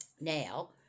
Now